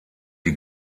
die